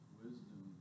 wisdom